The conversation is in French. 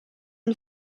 une